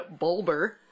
Bulber